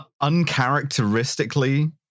uncharacteristically